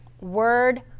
Word